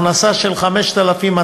הכנסה של 5,270,